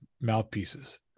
mouthpieces